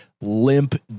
limp